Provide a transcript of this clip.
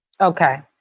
Okay